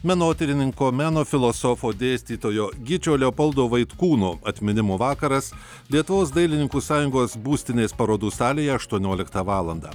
menotyrininko meno filosofo dėstytojo gyčio leopoldo vaitkūno atminimo vakaras lietuvos dailininkų sąjungos būstinės parodų salėje aštuonioliktą valandą